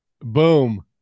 Boom